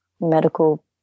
medical